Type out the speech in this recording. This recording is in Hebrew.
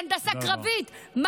בהנדסה קרבית?